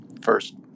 first